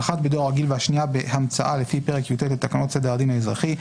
האחת בדואר רגיל והשניה בהמצאה לפי פרק י"ט לתקנות סדר הדין האזרחי,